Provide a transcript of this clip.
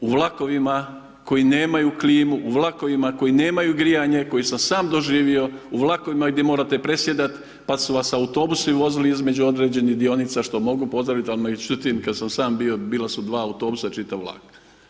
u vlakovima koji nemaju klimu, u vlakovima koji nemaju grijanje koji sam doživio, u vlakovima gdje morate presjedat pa su vas autobusi vozili između određenih dionica što mogu pozdravit ali …/nerazumljivo/… kad sam sam bio bila su 2 autobusa čitav vlak.